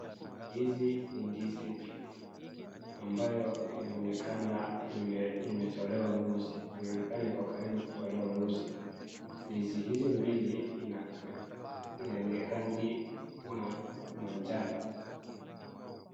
Hizi ni ndizi mbili ambayo inaonekana imetolewa ngozi, inaonekana iko karibu kutolewa ngozi. Ndizi hizi mbili ina ni rangi majano.